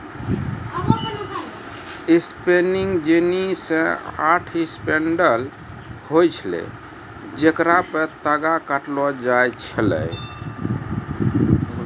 spinning jenny मे आठ spindle होय छलै जेकरा पे तागा काटलो जाय छलै